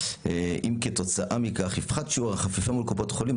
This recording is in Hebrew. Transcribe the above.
אם כתוצאה מכך יפחת שיעור החפיפה מול קופת חולים,